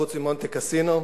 חוץ ממונטה קסינו,